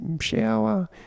shower